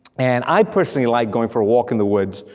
and i personally like going for a walk in the woods,